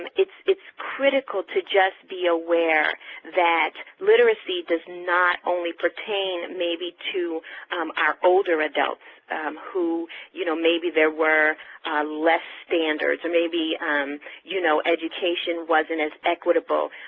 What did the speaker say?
it's it's critical to just be aware that literacy does not only pertain maybe to our older adults who you know, maybe there were less standards or maybe you know, education wasn't as equitable,